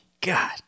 God